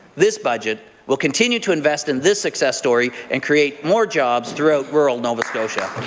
this budget will continue to invest in this success story and create more jobs throughout rural nova scotia.